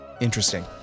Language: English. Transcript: Interesting